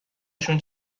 شون